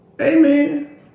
Amen